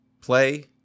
play